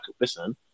listen